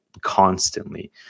constantly